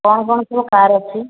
କ'ଣ କ'ଣ ସବୁ କାର୍ ଅଛି